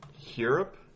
Europe